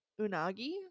unagi